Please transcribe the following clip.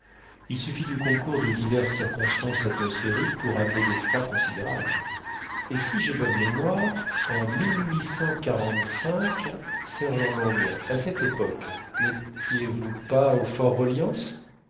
il suffit du concours de diverses circonstances atmosphériques pour amener des froids considérables et si j'ai bonne mémoire en sergent long à cette époque n'étiezvous pas au